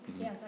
Yes